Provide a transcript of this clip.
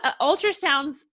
ultrasounds